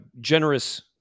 generous